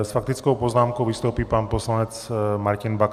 S faktickou poznámkou vystoupí pan poslanec Martin Baxa.